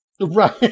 Right